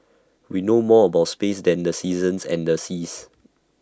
we know more about space than the seasons and the seas